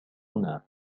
هنا